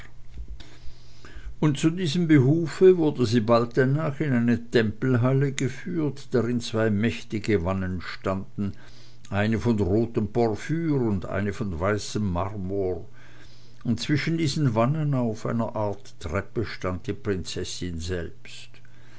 und zu diesem behufe wurde sie bald danach in eine tempelhalle geführt drin zwei mächtige wannen standen eine von rotem porphyr und eine von weißem marmor und zwischen diesen wannen auf einer art treppe stand die prinzessin selbst